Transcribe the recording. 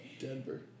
Denver